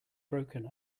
broken